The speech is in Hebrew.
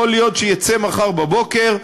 יכול להיות שיצא מחר בבוקר,